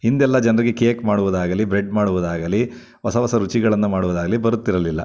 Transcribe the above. ಹಿಂದೆಲ್ಲ ಜನರಿಗೆ ಕೇಕ್ ಮಾಡುವುದಾಗಲಿ ಬ್ರೆಡ್ ಮಾಡುವುದಾಗಲಿ ಹೊಸ ಹೊಸ ರುಚಿಗಳನ್ನು ಮಾಡುವುದಾಗಲಿ ಬರುತ್ತಿರಲಿಲ್ಲ